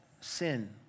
sin